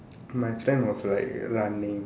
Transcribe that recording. my friend was like running